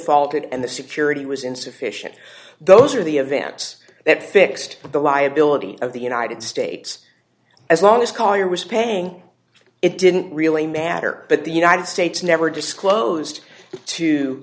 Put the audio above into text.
fault it and the security was insufficient those are the events that fixed the liability of the united states as long as collier was paying it didn't really matter but the united states never disclosed to